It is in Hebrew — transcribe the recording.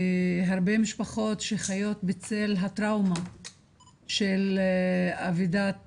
הרבה משפחות שחיות בצל הטראומה של אבדת